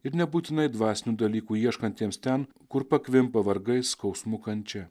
ir nebūtinai dvasinių dalykų ieškantiems ten kur pakvimpa vargais skausmu kančia